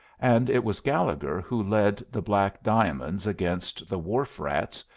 and it was gallegher who led the black diamonds against the wharf rats,